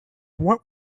what